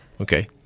Okay